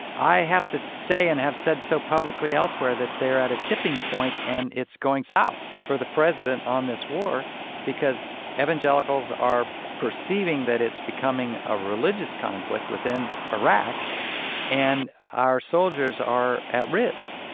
i have to to say and have said so publicly elsewhere that they're at a tipping point, and it's going south for the president on this war because evangelicals are perceiving that it's becoming a religious conflict within iraq and our soldiers are at risk.